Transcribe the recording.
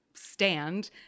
stand